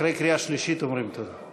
אחרי קריאה שלישית אומרים תודה.